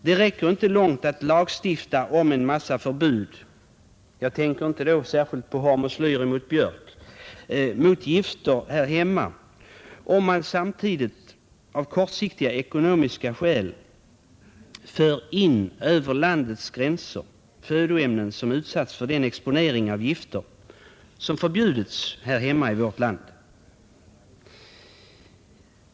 Det räcker inte långt att lagstifta om en massa förbud — jag tänker inte då särskilt på användningen av hormoslyr på björk — mot gifter här hemma, om man samtidigt av kortsiktiga ekonomiska skäl för in över landets gränser födoämnen som utsatts för den exponering av gifter som förbjudits i vårt land.